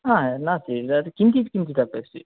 हा नास्ति तत् किञ्चित् किञ्चित् अपि अस्ति